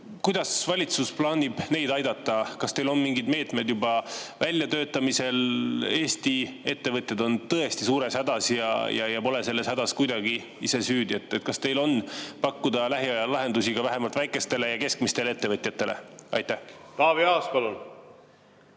Kuidas valitsus plaanib neid aidata? Kas teil on mingid meetmed juba väljatöötamisel? Eesti ettevõtjad on tõesti suures hädas ja nad pole selles hädas kuidagi ise süüdi. Kas teil on pakkuda lähiajal lahendusi ka vähemalt väikestele ja keskmistele ettevõtjatele? Aitäh,